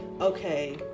okay